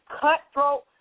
cutthroat